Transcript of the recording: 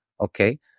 okay